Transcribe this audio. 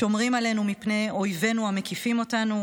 שומרים עלינו מפני אויבינו המקיפים אותנו